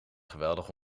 geweldig